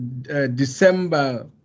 December